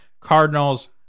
Cardinals